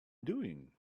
doing